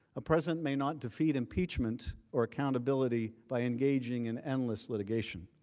ah president may not defeat impeachment or accountability by engaging in endless litigation